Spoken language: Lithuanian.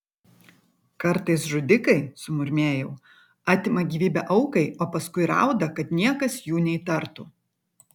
kartais žudikai sumurmėjau atima gyvybę aukai o paskui rauda kad niekas jų neįtartų